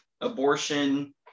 abortion